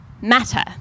matter